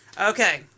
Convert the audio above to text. Okay